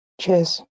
Cheers